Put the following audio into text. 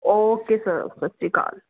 okay sir Sat Sri Akal